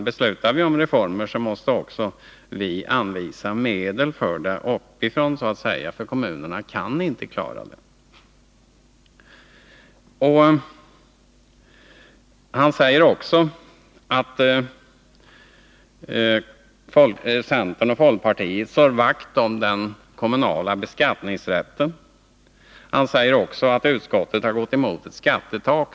Beslutar vi om reformer måste vi också anvisa medel uppifrån så att säga, för kommunerna kan inte klara detta. 5 Rolf Rämgård säger också att centern och folkpartiet slår vakt om den kommunala beskattningsrätten. Han säger också att utskottet har gått emot tanken på ett skattetak.